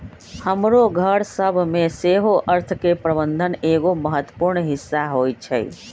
हमरो घर सभ में सेहो अर्थ के प्रबंधन एगो महत्वपूर्ण हिस्सा होइ छइ